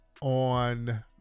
on